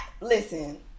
Listen